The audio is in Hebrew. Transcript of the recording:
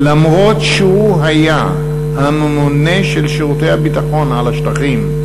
אף-על-פי שהוא היה הממונה של שירותי הביטחון בשטחים,